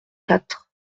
quatre